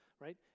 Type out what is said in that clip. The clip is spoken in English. right